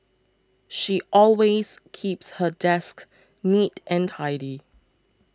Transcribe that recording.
she always keeps her desk neat and tidy